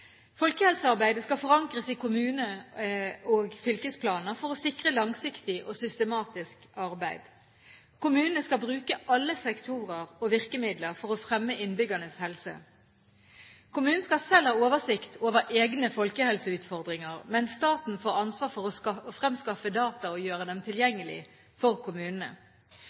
Folkehelsearbeidet skal forankres i kommune- og fylkesplaner for å sikre langsiktig og systematisk arbeid. Kommunene skal bruke alle sektorer og virkemidler for å fremme innbyggernes helse. Kommunen skal selv ha oversikt over egne folkehelseutfordringer, mens staten får ansvar for å fremskaffe data og gjøre dem tilgjengelige for kommunene.